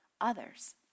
others